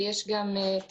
ויש גם את